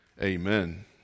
amen